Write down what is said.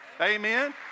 Amen